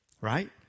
Right